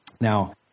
Now